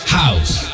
house